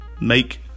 Make